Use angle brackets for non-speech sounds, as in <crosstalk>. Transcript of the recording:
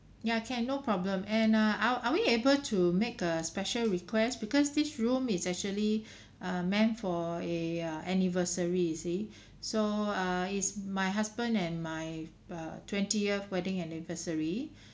yeah can no problem and err are are we able to make a special requests because this room it's actually <breath> uh meant for a uh anniversary you see so err is my husband and my uh twentieth wedding anniversary